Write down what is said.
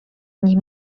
nie